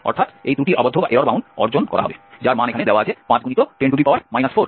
অর্থাৎ এই ত্রুটির আবদ্ধ অর্জন করা হবে যার মান এখানে দেওয়া আছে 5×10 4